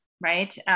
right